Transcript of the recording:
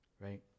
right